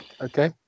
Okay